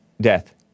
death